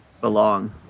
belong